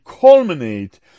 culminate